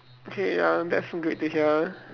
okay ya that's great to hear